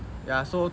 ya so